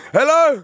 Hello